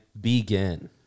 begin